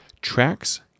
Tracks